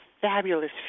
fabulous